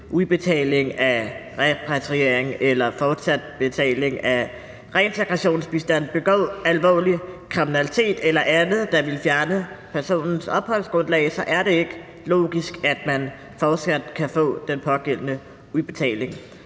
udbetaling af repatrieringsstøtte eller fortsat betaling af reintegrationsbistand begår alvorlig kriminalitet eller andet, der ville fjerne ens opholdsgrundlag, så er det ikke logisk, at man fortsat kan få den pågældende udbetaling.